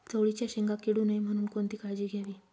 चवळीच्या शेंगा किडू नये म्हणून कोणती काळजी घ्यावी लागते?